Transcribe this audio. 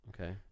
Okay